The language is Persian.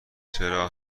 چرا